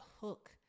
hook